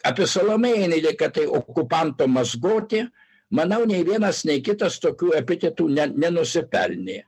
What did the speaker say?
apie salomėją nėrį kad tai okupanto mazgotė manau nei vienas nei kitas tokių epitetų net nenusipelnė